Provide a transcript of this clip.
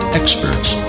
experts